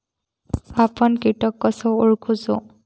आपन कीटक कसो ओळखूचो?